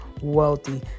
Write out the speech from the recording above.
wealthy